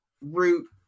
root